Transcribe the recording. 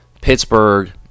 Pittsburgh